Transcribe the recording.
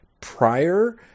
prior